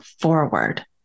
forward